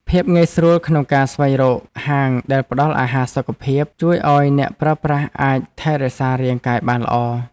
ភាពងាយស្រួលក្នុងការស្វែងរកហាងដែលផ្តល់អាហារសុខភាព ជួយឱ្យអ្នកប្រើប្រាស់អាចថែរក្សារាងកាយបានល្អ។